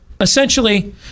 essentially